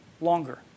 longer